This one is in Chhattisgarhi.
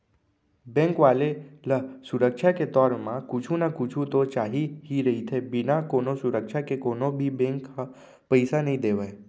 बेंक वाले ल सुरक्छा के तौर म कुछु न कुछु तो चाही ही रहिथे, बिना कोनो सुरक्छा के कोनो भी बेंक ह पइसा नइ देवय